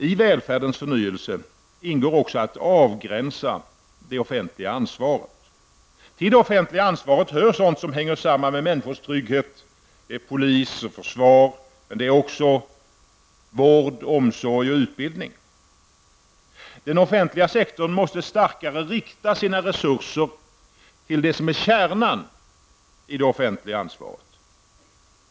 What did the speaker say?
I välfärdens förnyelse ingår också att man skall avgränsa det offentliga ansvaret. Till det offentliga ansvaret hör sådant som hänger samman med människors trygghet, t.ex. polis och försvar, men även vård, omsorg och utbildning. Den offentliga sektorn måste starkare rikta sina resurser till det som är kärnan i det offentliga ansvaret.